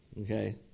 Okay